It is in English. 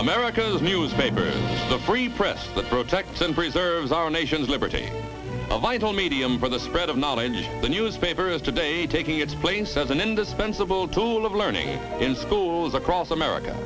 america's newspapers the free press the protect and preserve our nation's liberty a vital medium for the spread of knowledge the newspapers today taking its place as an indispensable tool of learning in schools across america